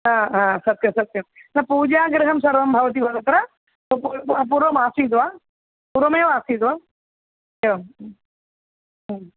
सत्यं सत्यं न पूजागृहं सर्वं भवति वा तत्र पूर्वमासीत् वा पूर्वमेव आसीत् वा एवं